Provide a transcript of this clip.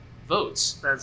votes